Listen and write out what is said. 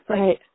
right